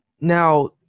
now